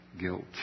guilt